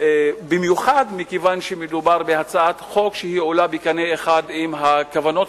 במיוחד מכיוון שמדובר בהצעת חוק שעולה בקנה אחד עם הכוונות